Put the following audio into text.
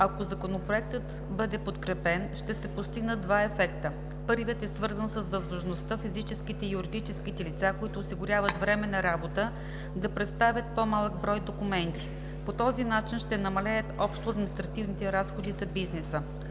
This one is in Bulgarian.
ако Законопроектът бъде подкрепен, ще се постигнат два ефекта. Първият е свързан с възможността физическите и юридическите лица, които осигуряват временна работа, да представят по-малък брой документи. По този начин ще намалеят общо административните разходи за бизнеса.